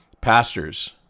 Pastors